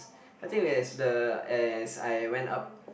I think as the as I went up